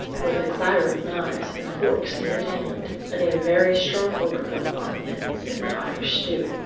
with a clatter of knives and forks near at hand, and a very strong odor of onions in the irish stew.